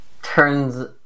turns